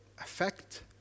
affect